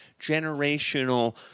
generational